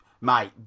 mate